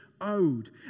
Owed